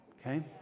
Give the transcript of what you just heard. okay